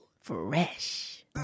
fresh